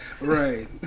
Right